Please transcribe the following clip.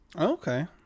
okay